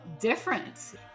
different